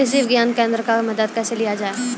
कृषि विज्ञान केन्द्रऽक से मदद कैसे लिया जाय?